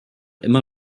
immer